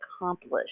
accomplished